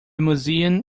museum